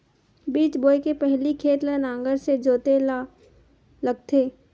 बीज बोय के पहिली खेत ल नांगर से जोतेल लगथे?